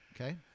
Okay